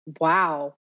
wow